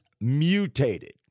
mutated